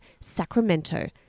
Sacramento